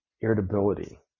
Irritability